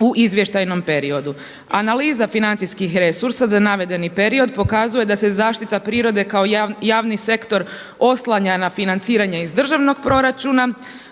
u izvještajnom periodu. Analiza financijskih resursa za navedeni period pokazuje da se zaštita prirode kao javni sektor oslanja na financiranja iz državnog proračuna.